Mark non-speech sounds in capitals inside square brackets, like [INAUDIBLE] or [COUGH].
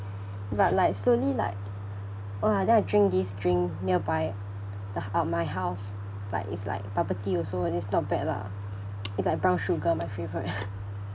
but like slowly like !wah! then I drink this drink nearby the uh my house like it's like bubble tea also and it's not bad lah it's like brown sugar my favourite [LAUGHS]